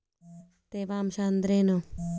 ತೇವಾಂಶ ಅಂದ್ರೇನು?